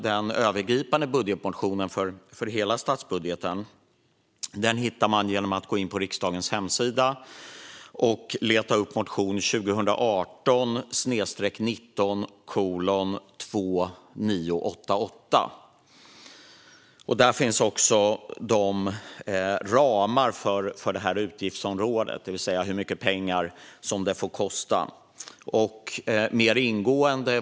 Den övergripande budgetmotionen för hela statsbudgeten hittar man genom att gå in på riksdagens hemsida och leta upp motion 2018/19:2988. Där finns också ramarna för detta utgiftsområde, det vill säga hur mycket pengar det får kosta.